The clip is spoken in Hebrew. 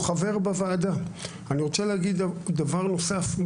אני רוצה להגיד דבר נוסף,